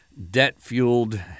debt-fueled